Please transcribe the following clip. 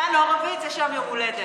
לניצן הורוביץ יש היום יום הולדת.